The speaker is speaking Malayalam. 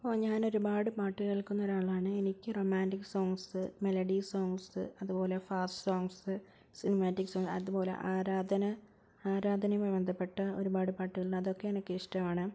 ഓഹ് ഞാനൊരുപാട് പാട്ടു കേൾക്കുന്ന ഒരാളാണ് എനിക്ക് റൊമാൻ്റിക്ക് സോങ്ങ്സ് മെലഡി സോങ്ങ്സ് അതുപോലെ ഫാസ്റ്റ് സോങ്ങ്സ് സിനിമാറ്റിക്ക് സോങ്ങ് അതുപോലെ ആരാധന ആരാധനയുമായി ബന്ധപ്പെട്ട ഒരുപാട് പാട്ടുകൾ അതൊക്കെ എനിക്കിഷ്ടമാണ്